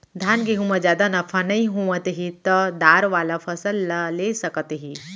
धान, गहूँ म जादा नफा नइ होवत हे त दार वाला फसल ल ले सकत हे